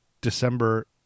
December